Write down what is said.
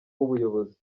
w’ubuyobozi